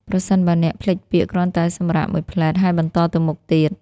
ប្រសិនបើអ្នកភ្លេចពាក្យ គ្រាន់តែសម្រាកមួយភ្លែត ហើយបន្តទៅមុខទៀត។